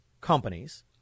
companies